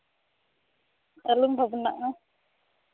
ᱟᱞᱚᱢ ᱵᱷᱟᱵᱽᱱᱟᱜᱼᱟ